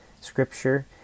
scripture